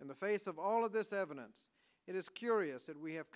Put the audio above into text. in the face of all of this evidence it is curious that we have